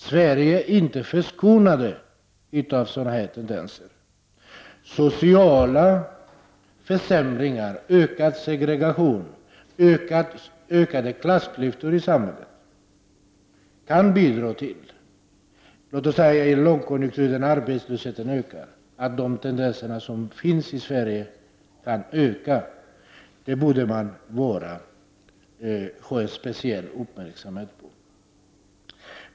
Sverige är inte skonat från sådana tendenser. Sociala försämringar, ökad segregation, ökade klassklyftor i samhället kan bidra — låt oss säga under lågkonjunktur när arbetslösheten ökar — till att tendenser som också finns i Sverige ökar. Det borde man fästa speciell uppmärksamhet vid.